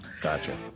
gotcha